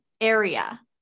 area